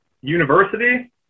university